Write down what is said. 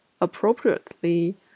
appropriately